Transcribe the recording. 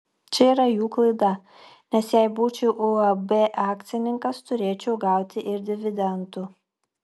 čia yra jų klaida nes jei būčiau uab akcininkas turėčiau gauti ir dividendų